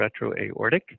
retroaortic